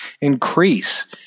increase